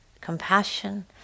compassion